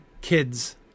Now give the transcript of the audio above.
Kids